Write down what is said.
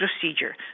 procedure